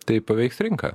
tai paveiks rinką